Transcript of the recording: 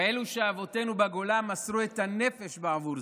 כאלה שאבותינו בגולה מסרו את הנפש בעבורם?